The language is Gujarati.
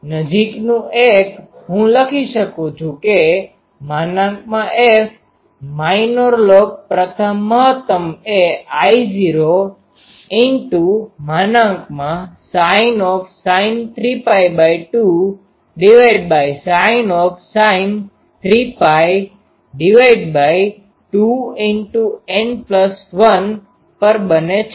તેથી નજીકનું 1 હું લખી શકું કે F માઇનોર લોબ પ્રથમ મહત્તમ એ I૦ sin 3π2 sin 3π2N1 પર બને છે